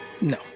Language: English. No